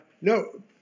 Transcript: No